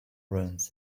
ruins